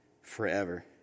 forever